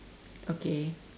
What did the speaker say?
okay